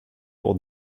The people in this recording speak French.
pour